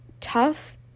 tough